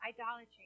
idolatry